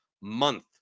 month